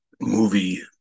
movie